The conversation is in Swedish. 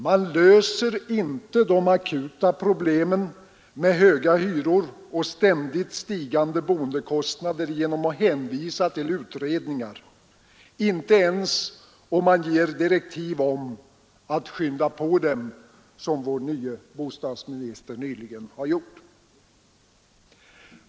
Man löser inte de akuta problemen med höga hyror och ständigt stigande boendekostnader genom att hänvisa till utredningar — inte ens om man ger dem direktiv om att skynda på, som vår nye bostadsminister nyligen har gjort.